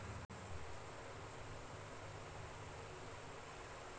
ವಾಹನ ವಿಮೆ ಕಾರು ದ್ವಿಚಕ್ರ ವಾಹನ ವಾಣಿಜ್ಯ ವಾಹನ ಮತ್ತ ಯಾವ್ದ ವಾಹನದ ನಷ್ಟ ಇಲ್ಲಾ ಹಾನಿಗೆ ರಕ್ಷಣೆ ನೇಡುತ್ತದೆ